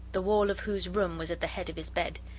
the wall of whose room was at the head of his bed.